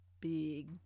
big